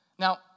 Now